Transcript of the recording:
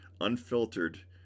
Unfiltered